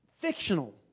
fictional